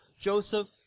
Joseph